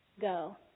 go